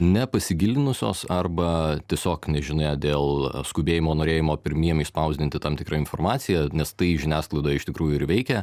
ne pasigilinusios arba tiesiog nežinia dėl skubėjimo norėjimo pirmiem išspausdinti tam tikrą informaciją nes tai žiniasklaidoj iš tikrųjų ir veikia